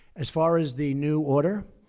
as far as the new order,